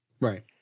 Right